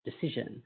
decision